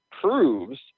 proves